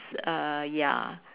uh ya